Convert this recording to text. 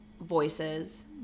voices